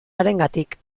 harengatik